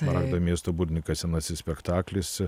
smaragdo miesto burtininkas senasis spektaklis